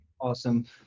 Awesome